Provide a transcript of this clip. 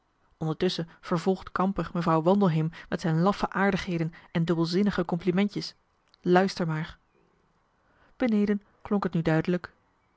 ondertusschen vervolgt kamper mevrouw wandelheem met zijn laffe aardigheden en dubbelzinnige complimentjes luister maar beneden klonk het nu duidelijk